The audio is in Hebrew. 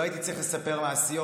לא הייתי צריך לספר מעשיות.